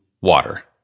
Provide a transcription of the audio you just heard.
water